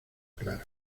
claro